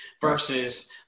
versus